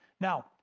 Now